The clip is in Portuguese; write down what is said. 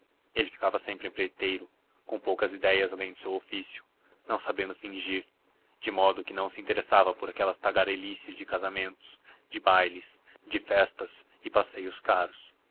ele ficara sempre empreiteiro com poucas idéias além do seu ofício não sabendo fingir de modo que não se interessava por aquelas tagarelices de casamentos de bailes de festas e passeios caros